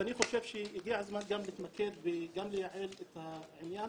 ואני חושב שהגיע הזמן גם להתמקד וגם לייעל את העניין.